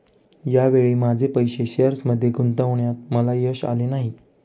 या वेळी माझे पैसे शेअर्समध्ये गुंतवण्यात मला यश आले नाही